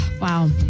Wow